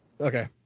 Okay